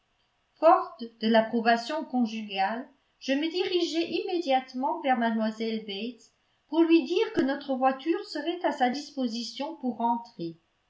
forte de l'approbation conjugale je me dirigeai immédiatement vers mlle bates pour lui dire que notre voiture serait à sa disposition pour rentrer